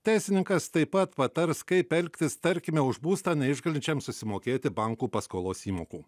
teisininkas taip pat patars kaip elgtis tarkime už būstą neišgalinčiam susimokėti bankų paskolos įmokų